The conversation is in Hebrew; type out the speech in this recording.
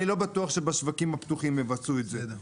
אני לא בטוח שבשווקים הפתוחים יבצעו את זה.